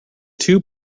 two